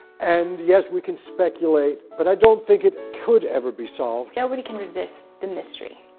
and yes, we can speculate, but i don't think it could ever be solved. nobody can resist the mystery.